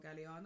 Galliano